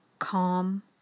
calm